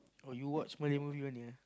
oh you watch Malay movie only ah